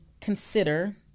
consider